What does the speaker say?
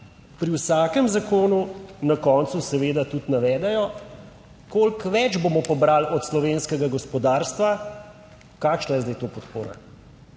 pri vsakem zakonu na koncu seveda tudi navedejo koliko več bomo pobrali od slovenskega gospodarstva. Kakšna je zdaj to podpora?